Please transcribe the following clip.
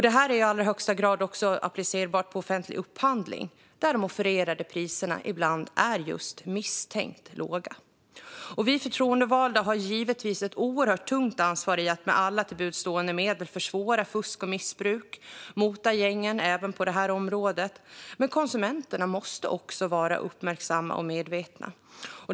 Det här är i allra högsta grad också applicerbart på offentlig upphandling, där de offererade priserna ibland är just misstänkt låga. Vi förtroendevalda har givetvis ett oerhört tungt ansvar för att med alla till buds stående medel försvåra fusk och missbruk och mota gängen även på det här området, men konsumenterna måste också vara uppmärksamma och medvetna.